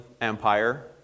Empire